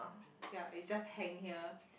ya it's just hang here